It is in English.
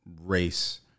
race